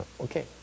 Okay